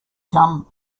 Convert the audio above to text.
come